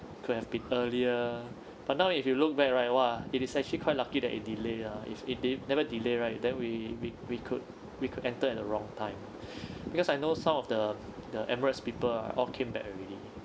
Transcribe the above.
could have been earlier but now if you look back right !wah! it is actually quite lucky that it delay lah if they never delay right that we we we could we could enter at the wrong time because I know some of the the Emirates people ah all came back already